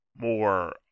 more